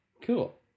cool